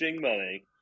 money